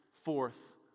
forth